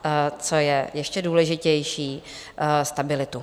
A co je ještě důležitější, stabilitu.